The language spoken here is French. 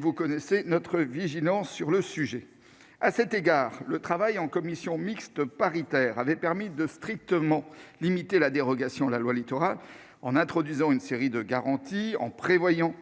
Vous connaissez notre vigilance sur le sujet. À l'époque, le travail en commission mixte paritaire avait permis de strictement limiter la dérogation à la loi Littoral, en introduisant une série de garanties, en prévoyant